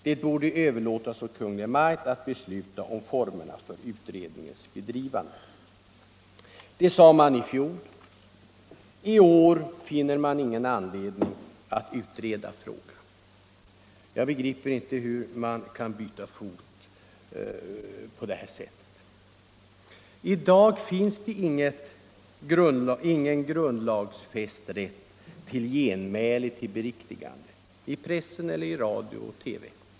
Det bör överlåtas åt Kungl. Maj:t att besluta om formerna för utredningens bedrivande.” Detta uttalade man i fjol — i år finner man ingen anledning att utreda frågan. Jag begriper inte hur man kan byta fot på det sättet. miskt förtal I dag finns det ingen grundlagsfäst rätt till genmäle eller beriktigande i pressen eller i radio och TV.